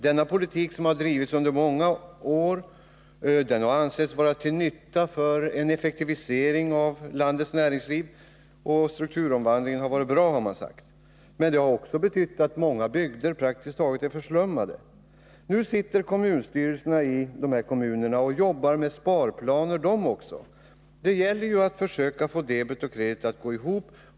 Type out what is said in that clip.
Denna politik, som har drivits under många år, har ansetts vara till nytta för en effektivisering av landets näringsliv, och man har sagt att strukturomvandlingen har varit bra. Men den har också betytt att många bygder blivit praktiskt taget förslummade. Nu sitter kommunstyrelserna också i de drabbade kommunerna och arbetar med sparplaner — det gäller ju att försöka få debet och kredit att gå ihop.